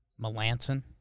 Melanson